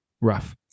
rough